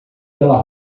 pela